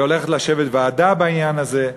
והולכת לשבת ועדה בעניין הזה.